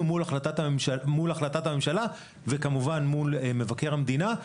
מול החלטת הממשלה וכמובן מול מבקר המדינה.